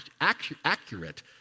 accurate